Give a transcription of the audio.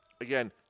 again